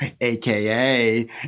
AKA